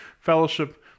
fellowship